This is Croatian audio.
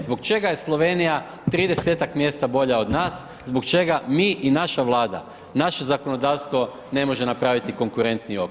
Zbog čega je Slovenija 30 mjesta bolja od nas, zbog čega mi i naša Vlada, naše zakonodavstvo ne može napraviti konkurentniji oblik?